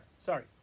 Sorry